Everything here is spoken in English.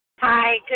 Hi